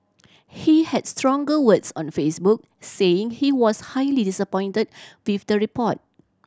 he had stronger words on Facebook saying he was highly disappointed with the report